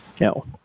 No